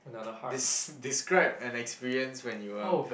des~ describe an experience when you were